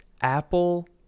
Apple